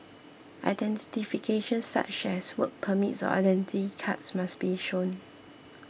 identification such as work permits or Identity Cards must be shown